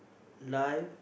life